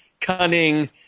cunning